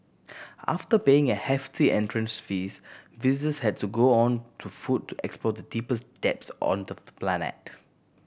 after paying a hefty entrance fees visitors had to go on to foot to explore the deepest depths on the planet